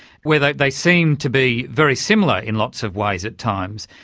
where they they seem to be very similar in lots of ways at times.